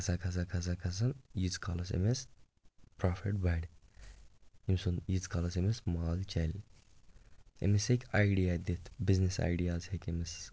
کھسا کھسا کھسا کھسان ییٖژ کالس أمِس پرٛافِٹ بڈِ أمۍ سُنٛد ییٖژ کالس أمِس مال چلہِ أمِس ہیٚکہِ آیڈیا دِتھ بِزنِس آیڈیاز ہیٚکہِ أمِس